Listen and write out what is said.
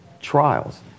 trials